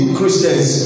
Christians